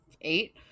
eight